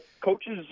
coaches